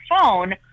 phone